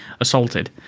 assaulted